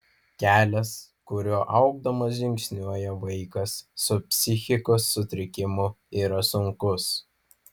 kelias kuriuo augdamas žingsniuoja vaikas su psichikos sutrikimu yra sunkus